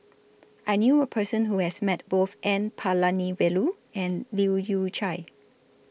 I knew A Person Who has Met Both N Palanivelu and Leu Yew Chye